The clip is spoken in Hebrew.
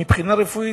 מבחינה רפואית,